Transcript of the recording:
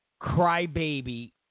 crybaby